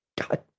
god